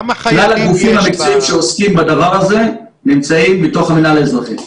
כלל הגופים המקצועיים שעוסקים בדבר הזה נמצאים בתוך המנהל האזרחי.